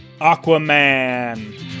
Aquaman